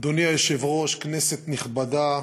אדוני היושב-ראש, כנסת נכבדה,